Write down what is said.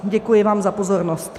Děkuji vám za pozornost.